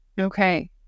Okay